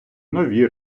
нові